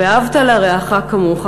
"ואהבת לרעך כמוך"